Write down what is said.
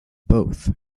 both